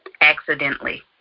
accidentally